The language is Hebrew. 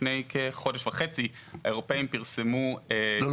לפני כחודש וחצי האירופאים פרסמו --- אבל